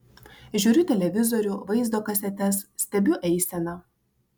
žiūriu televizorių vaizdo kasetes stebiu eiseną